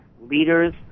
leaders